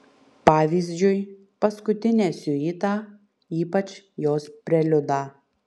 pavyzdžiui paskutinę siuitą ypač jos preliudą